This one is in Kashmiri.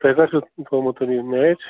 تۄہہِ کَر چھُو تھوٚومُت تۅہہِ یہِ میچ